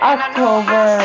October